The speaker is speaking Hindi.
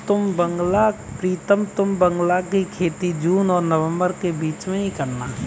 प्रीतम तुम बांग्ला की खेती जून और नवंबर के बीच में ही करना